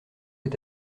est